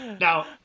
now